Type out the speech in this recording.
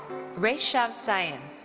reshav sain.